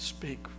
Speak